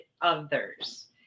others